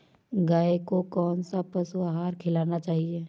गाय को कौन सा पशु आहार खिलाना चाहिए?